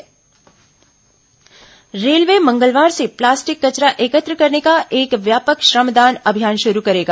railway श्रमदान railway मंगलवार से प्लास्टिक कचरा एकत्र करने का एक व्यापक श्रमदान अभियान शुरू करेगा